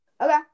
okay